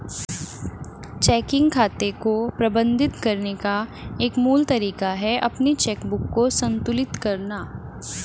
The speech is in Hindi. चेकिंग खाते को प्रबंधित करने का एक मूल तरीका है अपनी चेकबुक को संतुलित करना